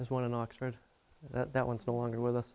there's one in oxford that once no longer with us